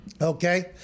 okay